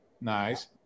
Nice